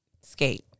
skate